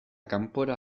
kanpora